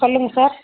சொல்லுங்கள் சார்